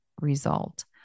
result